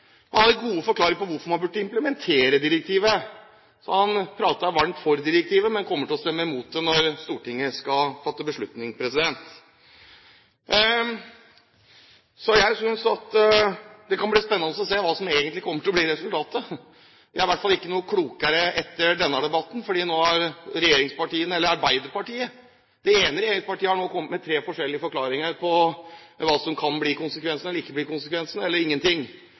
hadde gode forklaringer på hvorfor man burde implementere direktivet. Så han snakket varmt for direktivet, men kommer til å stemme mot det når Stortinget skal fatte sin beslutning. Det kan bli spennende å se hva som egentlig kommer til å bli resultatet. Jeg er i hvert fall ikke noe klokere etter denne debatten, for nå har det ene regjeringspartiet, Arbeiderpartiet, kommet med tre forskjellige forklaringer på hva som kan bli konsekvensene, eller ikke bli konsekvensene, eller ingenting,